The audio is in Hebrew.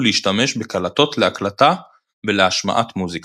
להשתמש בקלטת להקלטה ולהשמעת מוזיקה.